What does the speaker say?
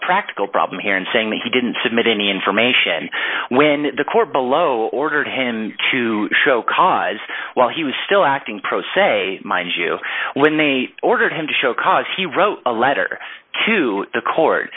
practical problem here in saying that he didn't submit any information when the court below ordered him to show cause while he was still acting pro se mind you when they ordered him to show cause he wrote a letter to the court